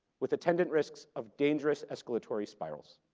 with attendant risks of dangerous escalatory spirals.